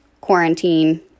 quarantine